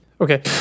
Okay